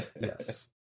yes